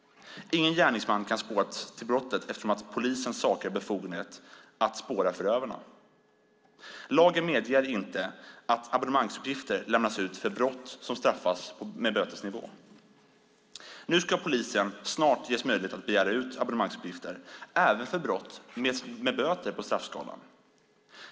Ingen gärningsman kan spåras till brottet eftersom polisen saknar befogenheter att spåra förövaren. Lagen medger inte att abonnemangsuppgifter lämnas ut för brott där straffet endast är böter. Snart ges dock polisen möjlighet att begära ut abonnemangsuppgifter även för brott med endast böter på straffskalan.